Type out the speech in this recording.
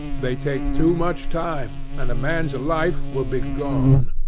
they take too much time, and a man's life will be gone.